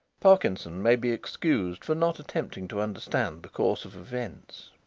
parkinson may be excused for not attempting to understand the course of events.